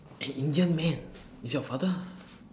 that indian man is your father